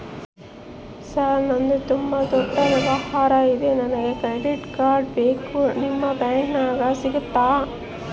Sir ನಂದು ತುಂಬಾ ದೊಡ್ಡ ವ್ಯವಹಾರ ಇದೆ ನನಗೆ ಕ್ರೆಡಿಟ್ ಕಾರ್ಡ್ ಬೇಕು ನಿಮ್ಮ ಬ್ಯಾಂಕಿನ್ಯಾಗ ಸಿಗುತ್ತಾ?